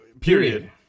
Period